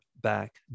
back